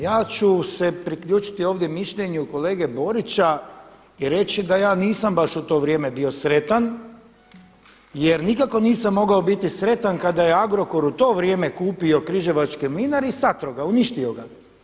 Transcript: Ja ću se priključiti ovdje mišljenju kolege Borića i reći da ja nisam baš u to vrijeme bio sretan jer nikako nisam mogao biti sretan kada je Agrokor u to vrijeme kupio križevački Mlinar i satro ga, uništio ga.